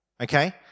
Okay